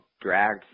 drag